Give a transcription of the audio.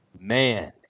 man